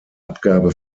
abgabe